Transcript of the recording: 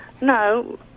No